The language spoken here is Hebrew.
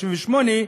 68,